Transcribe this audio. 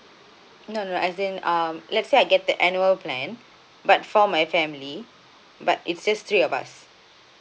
no no as in um let's say I get the annual plan but for my family but it's just three of us